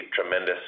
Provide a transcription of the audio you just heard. tremendous